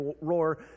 roar